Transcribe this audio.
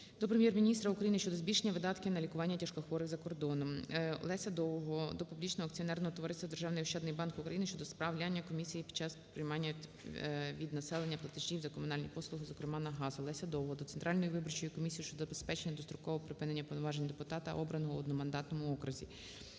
до Прем'єр-міністра України щодо збільшення видатків на лікування тяжкохворих за кордоном. Олеся Довгого до Публічного акціонерного товариства "Державний ощадний банк України" щодо справляння комісії під час приймання від населення платежів за комунальні послуги, зокрема за газ. Олеся Довгого до Центральної виборчої комісії щодо забезпечення дострокового припинення повноважень депутата, обраного у одномандатному окрузі.